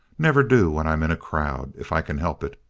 never do when i'm in a crowd, if i can help it.